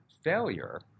failure